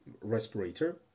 respirator